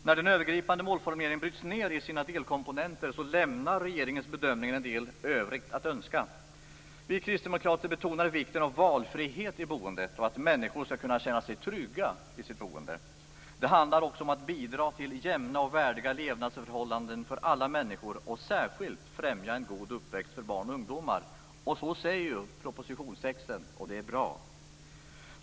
När den övergripande målformuleringen bryts ned i sina delkomponenter lämnar regeringens bedömning en hel del övrigt att önska. Vi kristdemokrater betonar vikten av valfrihet i boendet och att människor skall kunna känna sig trygga i sitt boende. Det handlar också om att bidra till jämlika och värdiga levnadsförhållandet för alla människor och särskilt främja en god uppväxt för barn och ungdomar. Så sägs i propositionstexten, och det är bra.